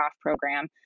Program